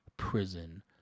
Prison